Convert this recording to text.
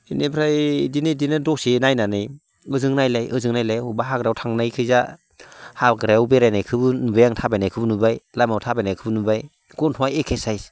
इनिफ्राय इदिनो इदिनो दसे नायनानै ओजों नायलाय ओजों नायलाय अबेबा हाग्रायाव थांनायखैजा हाग्रायाव बेरायनायखोबो नुबाय थाबायनायखोबो नुबाय लामायाव थाबायनायखोबो नुबाय गन्थंआ एखे सायस